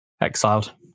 exiled